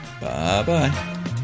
Bye-bye